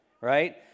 right